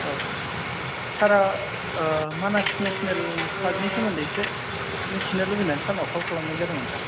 औ सारा मानास नेसनेल फार्कनि सोमोन्दै इसे मिथिनो लुगैनानै सारनाव खल खालामनाय जादोंमोन सार